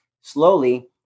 slowly